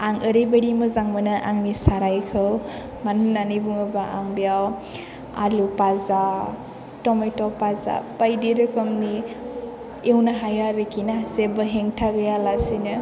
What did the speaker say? आं ओरैबायदि मोजां मोनो आंनि सारायखौ मानो होन्नानै बुङोब्ला आं बेयाव आलु फाजा टमेट फाजा बायदि रोखोमनि एउनो हायो आरोखिना जेबो हेंथा गैयालासेनो